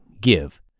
give